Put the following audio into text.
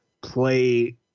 play